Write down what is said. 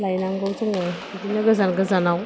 लायनांगौ जोङो बिदिनो गोजान गोजानाव